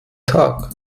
tag